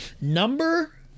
Number